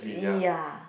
ya